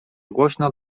głośno